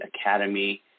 Academy